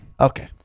Okay